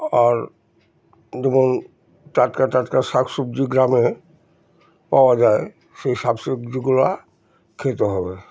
আর যেমন টাটকা টাটকা শাক সবজি গ্রামে পাওয়া যায় সেই শাক সবজিগুলো খেতে হবে